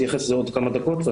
אני אתייחס לזה עוד כמה דקות,